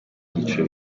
byiciro